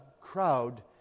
crowd